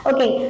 Okay